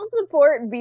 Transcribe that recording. support